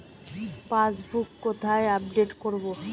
Passbook কোথায় update করব?